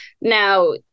Now